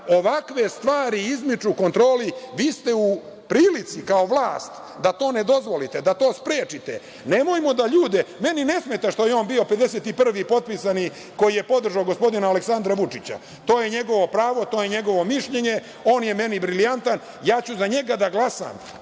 ovakve stvari izmiču kontroli. Vi ste u prilici, kao vlast, da to ne dozvolite, da to sprečite. Meni ne smeta što je on bio 51. potpisani koji je podržao gospodina Aleksandra Vučića, to je njegovo pravo, to je njegovo mišljenje, on je meni brilijantan i ja ću za njega da glasam.